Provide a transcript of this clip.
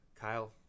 Kyle